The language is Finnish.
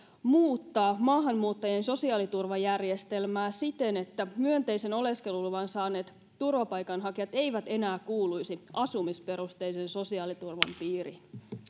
muuttaa maahanmuuttajien sosiaaliturvajärjestelmää siten että myönteisen oleskeluluvan saaneet turvapaikanhakijat eivät enää kuuluisi asumisperusteisen sosiaaliturvan piiriin